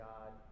God